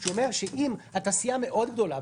שאומר שאם אתה סיעה מאוד גדולה,